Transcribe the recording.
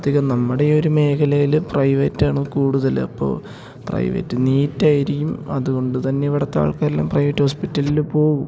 അധികം നമ്മുടെ ഈ ഒരു മേഖലയിൽ പ്രൈവറ്റാണ് കൂടുതലപ്പോൾ പ്രൈവറ്റ് നീറ്റായിരിക്കും അതുകൊണ്ട് തന്നെ ഇവിടുത്തെ ആൾക്കാർ എല്ലാം പ്രൈവറ്റ് ഹോസ്പിറ്റൽല് പോവും